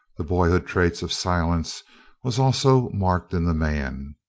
the boyhood trait of silence was also marked in the man.